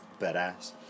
badass